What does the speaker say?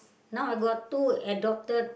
now I got two adopted